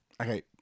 Okay